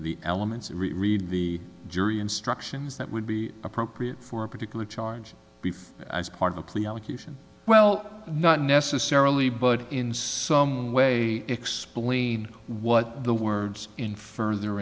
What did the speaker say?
the elements and read the jury instructions that would be appropriate for a particular charge before as part of a plea allocution well not necessarily but in some way explain what the words in further